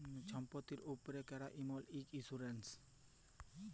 ছম্পত্তির উপ্রে ক্যরা ইমল ইক ইল্সুরেল্স